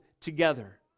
together